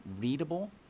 readable